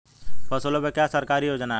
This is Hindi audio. फसलों पे क्या सरकारी योजना है?